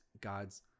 God's